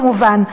כמובן,